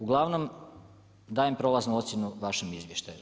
Uglavnom dajem prolaznu ocjenu vašem izvještaju.